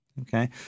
Okay